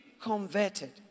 converted